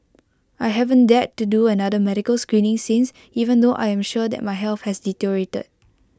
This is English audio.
I haven't dared to do another medical screening since even though I am sure that my health has deteriorated